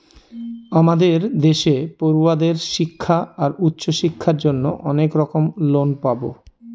আমাদের দেশে পড়ুয়াদের শিক্ষা আর উচ্চশিক্ষার জন্য অনেক রকম লোন পাবো